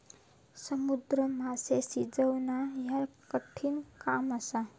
समुद्री माशे शिजवणा ह्या कठिण काम असा